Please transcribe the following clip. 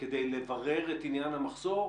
כדי לברר את עניין המחסור,